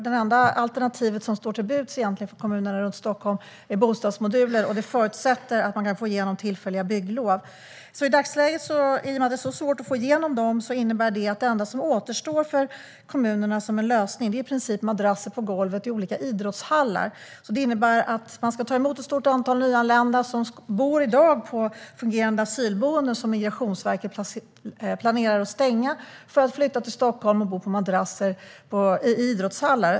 Det enda alternativ som egentligen står till buds för kommunerna runt Stockholm är nämligen bostadsmoduler, och det förutsätter att man kan få igenom tillfälliga bygglov. I och med att det är så svårt att få igenom dem i dagsläget är den enda lösning som återstår för kommunerna i princip madrasser på golvet i olika idrottshallar. De ska alltså ta emot ett stort antal nyanlända som i dag bor på fungerande asylboenden, som Migrationsverket planerar att stänga. De ska flytta till Stockholm och bo på madrasser i idrottshallar.